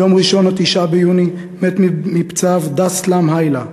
ביום ראשון, 9 ביוני, מת מפצעיו דסטלם היילה,